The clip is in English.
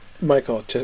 Michael